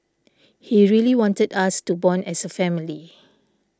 he really wanted us to bond as a family